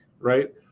right